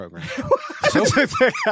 program